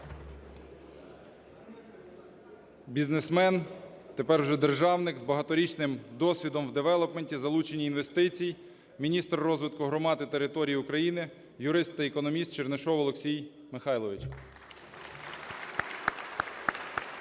Бізнесмен, тепер уже державник з багаторічним досвідом в девелопменті, залученні інвестицій – міністр розвитку громад і територій України – юрист та економіст Чернишов Олексій Михайлович.